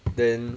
then